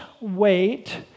wait